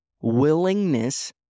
willingness